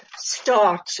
start